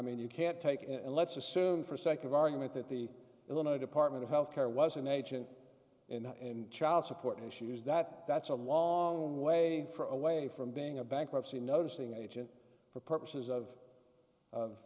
mean you can't take in and let's assume for sake of argument that the illinois department of health care was an agent in child support issues that that's a long way for a way from being a bankruptcy notice thing agent for purposes of